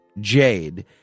Jade